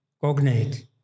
cognate